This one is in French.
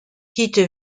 quitte